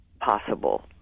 possible